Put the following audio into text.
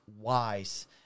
wise